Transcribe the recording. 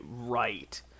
right